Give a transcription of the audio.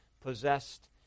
possessed